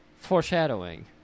foreshadowing